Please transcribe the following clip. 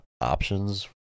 options